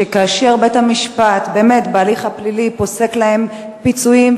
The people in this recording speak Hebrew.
שכאשר בית-המשפט באמת בהליך הפלילי פוסק להם פיצויים,